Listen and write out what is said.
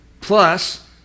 plus